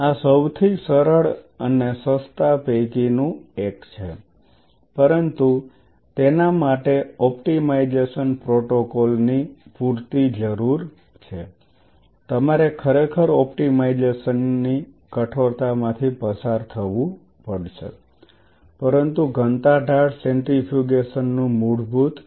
આ સૌથી સરળ અને સસ્તું પૈકીનું એક છે પરંતુ તેના માટે ઓપ્ટિમાઇઝેશન પ્રોટોકોલ ની પૂરતી જરૂર છે તમારે ખરેખર ઓપ્ટિમાઇઝેશન ની કઠોરતામાંથી પસાર થવું પડશે પરંતુ ઘનતા ઢાળ સેન્ટ્રીફ્યુગેશનનું મૂળભૂત છે